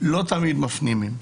לא תמיד מפנימים: